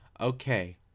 Okay